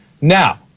Now